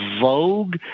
Vogue